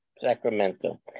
Sacramento